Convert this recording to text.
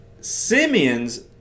Simeon's